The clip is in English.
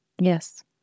Yes